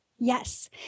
Yes